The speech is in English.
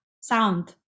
sound